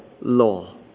law